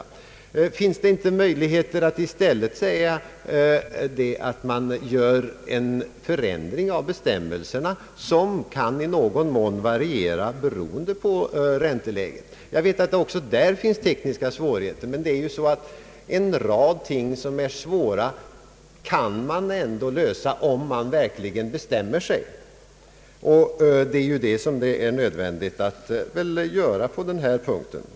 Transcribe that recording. Jag vill fråga om det finns möjligheter att göra en förändring av bestämmelserna som t.ex. i någon mån kan variera beroende på ränteläget? Jag vet att det även där finns tekniska och sociala svårigheter, men en rad ting som är svåra kan man ändå lösa om man verkligen bestämmer sig för detta.